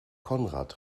konrad